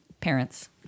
parents